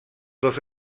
dos